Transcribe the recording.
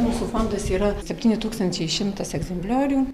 mūsų fondas yra septyni tūkstančiai šimtas egzempliorių